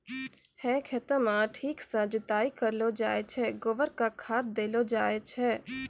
है खेतों म ठीक सॅ जुताई करलो जाय छै, गोबर कॅ खाद देलो जाय छै